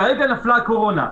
כרגע נפלה הקורונה,